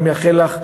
אני מאחל לך,